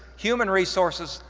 human resources,